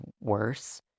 Worse